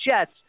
Jets